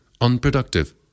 unproductive